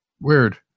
Weird